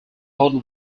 hotel